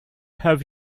have